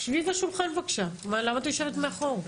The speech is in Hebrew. שבי בשולחן בבקשה, למה את יושבת מאחור?